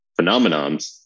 phenomenons